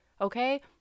Okay